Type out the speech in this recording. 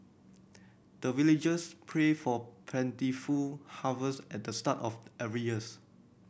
the villagers pray for plentiful harvest at the start of every years